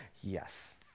Yes